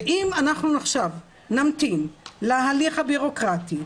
ואם אנחנו עכשיו נמתין להליך הבירוקרטי,